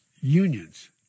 unions